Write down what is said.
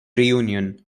reunion